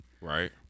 Right